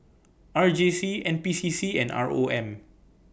R J C N P C C and R O M